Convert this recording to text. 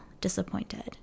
disappointed